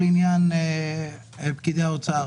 לעניין פקידי משרד האוצר